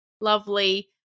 lovely